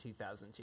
2002